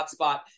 hotspot